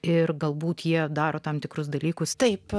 ir galbūt jie daro tam tikrus dalykus taip